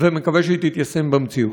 ומקווה שהיא תתיישם במציאות.